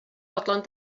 fodlon